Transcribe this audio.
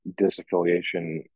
disaffiliation